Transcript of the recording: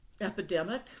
epidemic